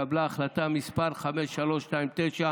התקבלה החלטה מס' 5329,